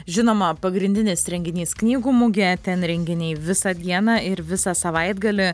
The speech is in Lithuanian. žinoma pagrindinis renginys knygų mugė ten renginiai visą dieną ir visą savaitgalį